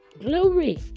Glory